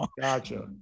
gotcha